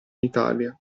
italia